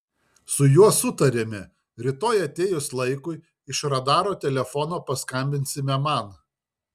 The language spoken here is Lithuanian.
su juo sutarėme rytoj atėjus laikui iš radaro telefono paskambinsime man